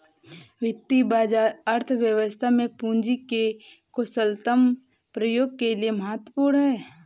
वित्तीय बाजार अर्थव्यवस्था में पूंजी के कुशलतम प्रयोग के लिए महत्वपूर्ण है